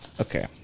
okay